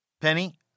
Penny